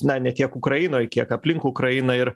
na ne tiek ukrainoj kiek aplink ukrainą ir